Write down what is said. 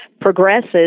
progresses